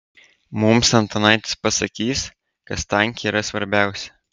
mums antanaitis pasakys kas tanke yra svarbiausia